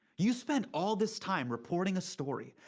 you spend all this time reporting a story.